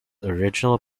original